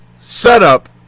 setup